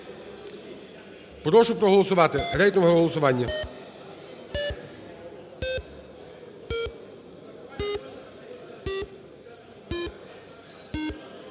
Прошу проголосувати. Рейтингове голосування.